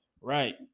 Right